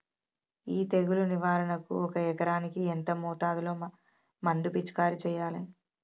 ఈ తెగులు నివారణకు ఒక ఎకరానికి ఎంత మోతాదులో మందు పిచికారీ చెయ్యాలే?